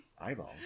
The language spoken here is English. eyeballs